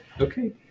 okay